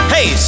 Hey